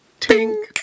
Tink